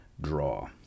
draw